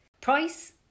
price